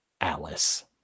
Alice